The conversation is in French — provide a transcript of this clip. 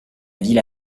ville